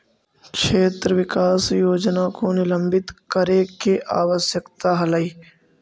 क्षेत्र विकास योजना को निलंबित करे के आवश्यकता हलइ